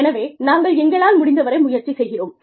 எனவே நாங்கள் எங்களால் முடிந்தவரை முயற்சி செய்கிறோம்